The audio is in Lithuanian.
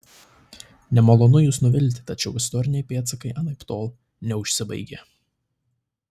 nemalonu jus nuvilti tačiau istoriniai pėdsakai anaiptol neužsibaigė